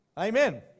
Amen